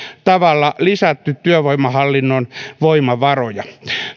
tavalla lisätty työvoimahallinnon voimavaroja